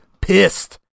pissed